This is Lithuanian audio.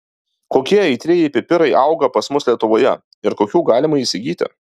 kokie aitrieji pipirai auga pas mus lietuvoje ir kokių galima įsigyti